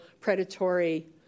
predatory